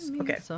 Okay